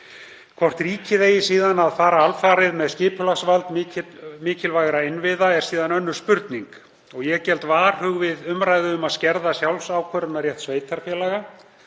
Hvort ríkið eigi síðan að fara alfarið með skipulagsvald mikilvægra innviða er síðan önnur spurning. Ég geld varhuga við umræðu um að skerða sjálfsákvörðunarrétt sveitarfélaga.